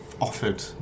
offered